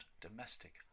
domestic